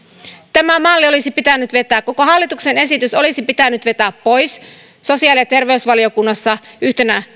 tämä malli olisi pitänyt vetää koko hallituksen esitys olisi pitänyt vetää pois sosiaali ja terveysvaliokunnassa yhtenä